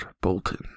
Bolton